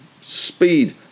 speed